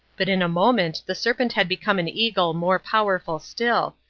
but in a moment the serpent had become an eagle more powerful still,